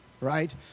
right